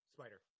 spider